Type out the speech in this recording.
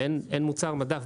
ואין מוצר מדף.